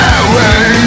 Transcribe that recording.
away